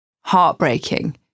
heartbreaking